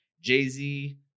jay-z